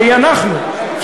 שהיא אנחנו,